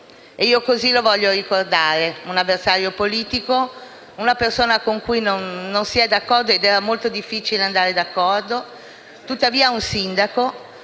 E io così lo voglio ricordare: un avversario politico, una persona con cui non si è d'accordo e con cui era molto difficile andare d'accordo, tuttavia un sindaco,